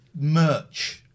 merch